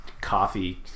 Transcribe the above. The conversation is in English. coffee